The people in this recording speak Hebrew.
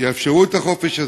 שיאפשרו את החופש הזה.